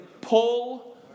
pull